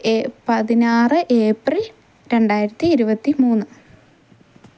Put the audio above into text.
ഏ പതിനാറ് ഏപ്രിൽ രണ്ടായിരത്തി ഇരുപത്തി മൂന്ന്